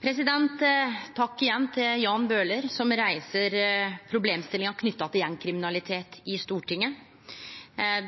Takk igjen til Jan Bøhler, som i Stortinget reiser problemstillingar knytte til gjengkriminalitet.